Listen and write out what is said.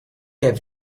have